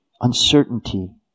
uncertainty